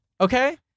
Okay